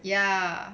ya